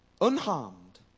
unharmed